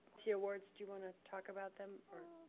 the awards, do you wanna talk about them or?